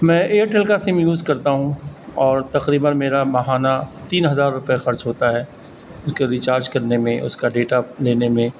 میں ایئرٹیل کا sim use کرتا ہوں اور تقریباً میرا ماہانہ تین ہزار روپے خرچ ہوتا ہے اس کو ریچارج کرنے میں اس کا ڈیٹا لینے میں